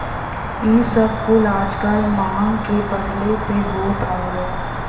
इ सब कुल आजकल मांग के बढ़ले से होत हौ